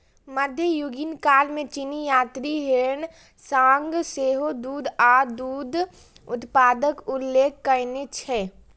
मध्ययुगीन काल मे चीनी यात्री ह्वेन सांग सेहो दूध आ दूध उत्पादक उल्लेख कयने छै